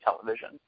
television